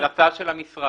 זו הצעה של המשרד.